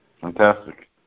Fantastic